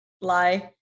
lie